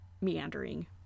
meandering